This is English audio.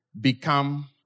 become